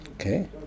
Okay